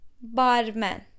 Barman